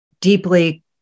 deeply